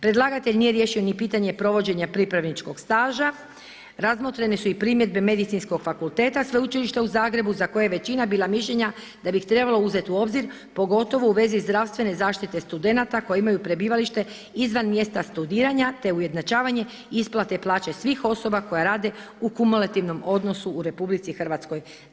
Predlagatelj nije riješio ni pitanje provođenja pripravničkog staža, razmotrene su i primjedbe medicinskog fakulteta Sveučilišta u Zagrebu za koje je većina bila mišljenja da bi ih trebalo uzeti u obzir, pogotovo u vezi zdravstvene zaštite studenata koji imaju prebivalište izvan mjesta studiranja te ujednačavanje isplate plaće svih osoba koje rade u kumulativnom odnosu u Republici Hrvatskoj.